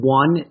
one